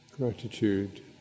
gratitude